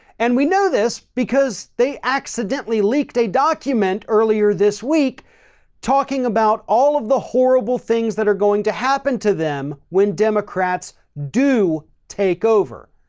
and we know this because they accidentally leaked a document earlier this week talking about all of the horrible things that are going to happen to them when democrats do take over.